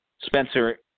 Spencer